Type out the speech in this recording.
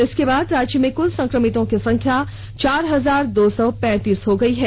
इसके बाद राज्य में कुल संक्रमितों की संख्या चार हजार दो सौ पैंतीस हो गयी है